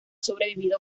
sobrevivido